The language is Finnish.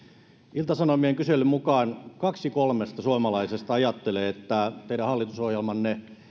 ilta sanomien kyselyn mukaan kaksi kolmesta suomalaisesta ajattelee että teidän hallitusohjelmanne